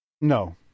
No